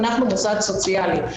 אנחנו מוסד סוציאלי.